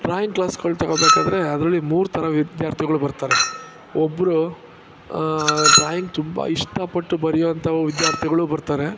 drawing ಕ್ಲಾಸ್ಗಳು ತಗೊಬೇಕಾದರೆ ಅದರಲ್ಲಿ ಮೂರು ಥರ ವಿದ್ಯಾರ್ಥಿಗಳು ಬರ್ತಾರೆ ಒಬ್ಬರು ಡ್ರಾಯಿಂಗ್ ತುಂಬ ಇಷ್ಟಪಟ್ಟು ಬರೆಯುವಂಥ ವಿದ್ಯಾರ್ಥಿಗಳು ಬರ್ತಾರೆ